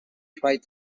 tried